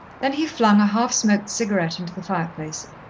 then he flung a half-smoked cigarette into the fireplace,